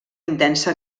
intensa